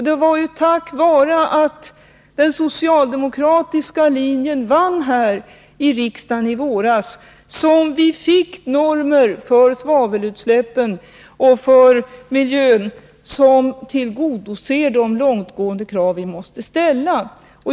Det var tack vare att den socialdemokratiska linjen vann här i riksdagen i våras som vi fick normer för svavelutsläppen när det gäller miljön som tillgodoser de långtgående krav vi måste ställa.